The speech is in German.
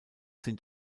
sind